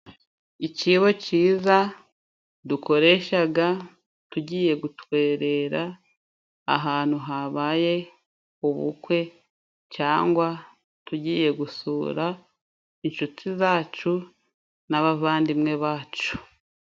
Icibo ciza dukoreshaga tugiye gutwerera ahantu habaye ubukwe ,cyangwa tugiye gusura inshuti zacu, n'abavandimwe bacu.